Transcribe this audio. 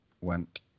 went